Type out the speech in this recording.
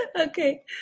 Okay